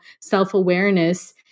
self-awareness